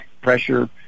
pressure